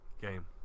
game